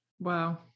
Wow